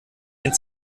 den